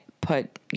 put